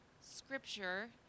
Scripture